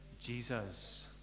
jesus